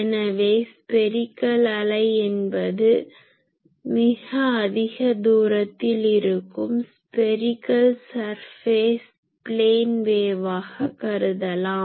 எனவே ஸ்பேரிக்கல் அலை என்பது மிக அதிக தூரத்தில் இருக்கும் ஸ்பெரிகல் சர்ஃபேஸை ப்ளேன் வேவாக கருதலாம்